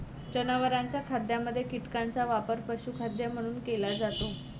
जनावरांच्या खाद्यामध्ये कीटकांचा वापर पशुखाद्य म्हणून केला जातो